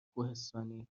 کوهستانی